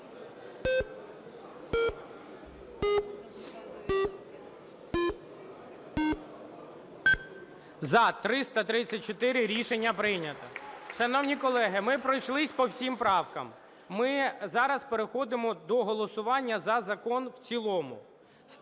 За-334 Рішення прийнято. Шановні колеги, ми пройшлись по всіх правках. Ми зараз переходимо до голосування за закон в цілому...